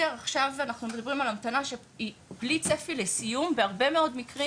עכשיו אנחנו מדברים על המתנה שהיא בלי צפי לסיום בהרבה מאוד מקרים